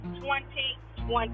2020